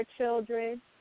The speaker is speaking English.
children